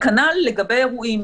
וכנ"ל לגבי אירועים.